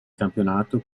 campionato